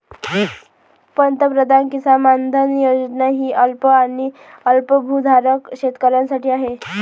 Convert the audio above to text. पंतप्रधान किसान मानधन योजना ही अल्प आणि अल्पभूधारक शेतकऱ्यांसाठी आहे